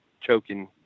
choking